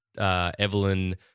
Evelyn